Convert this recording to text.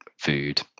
food